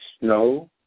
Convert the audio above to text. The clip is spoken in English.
No